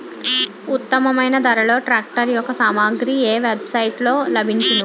ఉత్తమమైన ధరలో ట్రాక్టర్ యెక్క సామాగ్రి ఏ వెబ్ సైట్ లో లభించును?